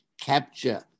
capture